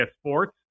Sports